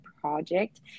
project